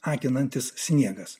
akinantis sniegas